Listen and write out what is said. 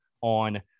on